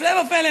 הפלא ופלא,